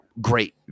Great